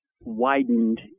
widened